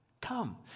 come